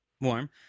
warm